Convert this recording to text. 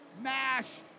mash